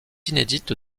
inédite